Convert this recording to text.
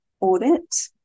Audit